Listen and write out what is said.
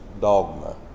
dogma